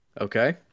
okay